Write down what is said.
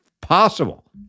possible